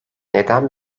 neden